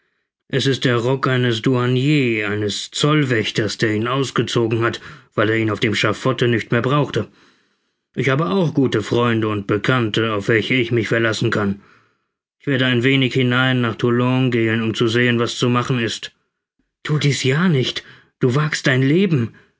es ist der rock eines douanier eines zollwächters der ihn ausgezogen hat weil er ihn auf dem schaffote nicht mehr brauchte ich habe auch gute freunde und bekannte auf welche ich mich verlassen kann ich werde ein wenig hinein nach toulon gehen um zu sehen was zu machen ist thu dies ja nicht du wagst dein leben